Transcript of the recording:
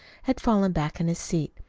had fallen back in his seat,